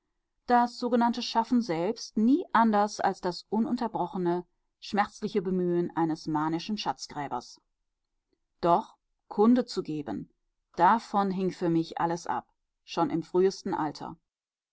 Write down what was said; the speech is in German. das sogenannte schaffen selbst nie anders als das ununterbrochene schmerzliche bemühen eines manischen schatzgräbers doch kunde zu geben davon hing für mich alles ab schon im frühesten alter